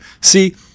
See